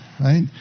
right